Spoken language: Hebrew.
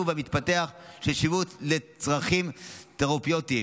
והמתפתח של שיבוט לצרכים תרפויטיים.